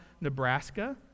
Nebraska